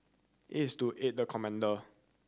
it is to aid the commander